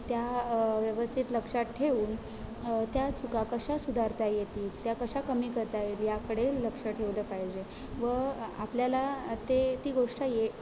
त्या व्यवस्थित लक्षात ठेऊन त्या चुका कशा सुधारता येतील त्या कशा कमी करता येईल याकडे लक्ष ठेवलं पाहिजे व आपल्याला ते ती गोष्ट ये